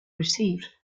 received